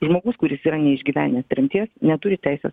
žmogus kuris yra neišgyvenęs tremties neturi teisės